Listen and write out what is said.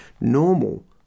Normal